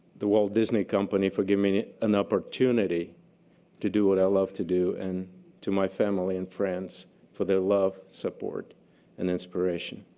the walt disney company for giving me an opportunity to do what i love to do, and to my family and friends for their love, support and inspiration.